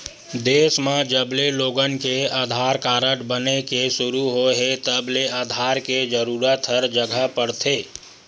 देस म जबले लोगन के आधार कारड बने के सुरू होए हे तब ले आधार के जरूरत हर जघा पड़त हे